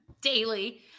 daily